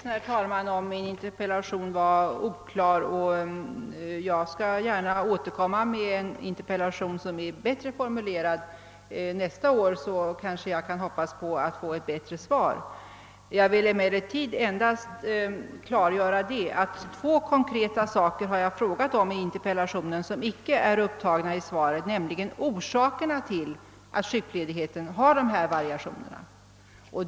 Herr talman! Jag är ledsen om min interpellation var oklar, och jag skall gärna återkomma med en bättre formulerad interpellation nästa år. Då kan ske jag kan hoppas på att få ett bättre svar. Jag vill emellertid endast klargöra att jag inte fått något besked beträffande två konkreta ting som jag frågat om i interpellationen. För det första gäller det orsakerna till att sjukledigheten har dessa variationer.